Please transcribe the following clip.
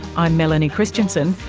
i'm melanie christiansen,